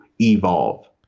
evolve